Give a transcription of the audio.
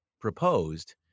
proposed